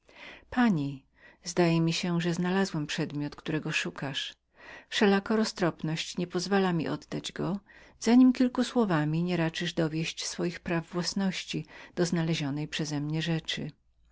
pani zdaje mi się że znalazłem przedmiot którego szukasz wszelako roztropność nie pozwala mi oddać go zanim pani kilką słowami nie raczysz dowieść swoich praw własności do znalezionej przezemnie rzeczy